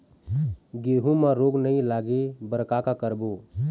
गेहूं म रोग नई लागे बर का का करबो?